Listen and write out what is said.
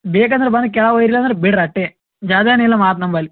ಬೇಕಂದ್ರೆ ಬಂದು ಕೆಳಗೆ ಒಯ್ಯಿರಿ ಇಲ್ಲಾಂದ್ರೆ ಬಿಡ್ರಿ ಅಷ್ಟೇ ಜ್ಯಾದಾನೆ ಇಲ್ಲ ಮಾತು ನಂಬಳಿ